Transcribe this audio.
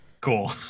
Cool